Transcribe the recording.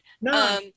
No